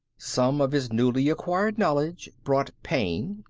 some of his newly acquired knowledge brought pain,